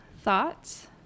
thoughts